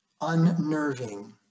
Unnerving